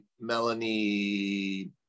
Melanie